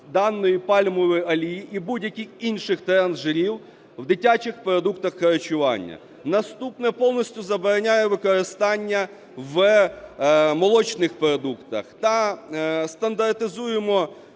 даної пальмової олії і будь-яких інших трансжирів в дитячих продуктах харчування. Наступне, повністю забороняє використання в молочних продуктах та стандартизуємо